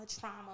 trauma